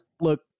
look